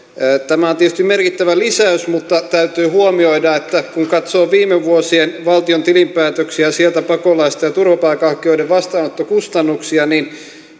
tämä on tietysti merkittävä lisäys mutta täytyy huomioida että kun katsoo viime vuosien valtion tilinpäätöksiä ja sieltä pakolaisten ja turvapaikanhakijoiden vastaanottokustannuksia niin